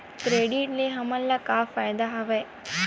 Credit ले हमन ला का फ़ायदा हवय?